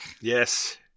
Yes